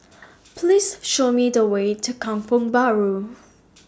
Please Show Me The Way to Kampong Bahru